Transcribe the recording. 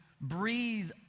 breathe